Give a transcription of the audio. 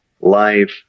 life